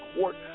Court